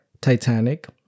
Titanic